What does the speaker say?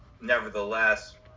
Nevertheless